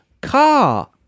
car